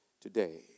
today